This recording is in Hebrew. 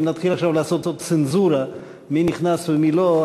ואם נתחיל עכשיו לעשות צנזורה מי נכנס ומי לא,